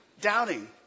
Doubting